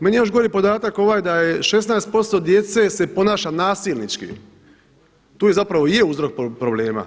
Meni je još gori podatak ovaj da je 16% djece se ponaša nasilnički, tu zapravo i je uzrok problema.